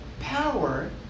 Power